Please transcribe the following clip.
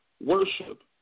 worship